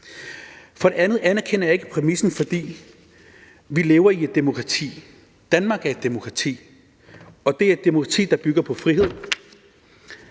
det andet anerkender jeg ikke præmissen, fordi vi lever i et demokrati. Danmark er et demokrati. Og det er et demokrati, der bygger på frihed.